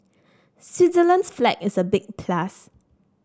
Switzerland's flag is a big plus